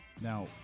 Now